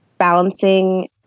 Balancing